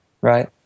right